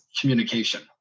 communication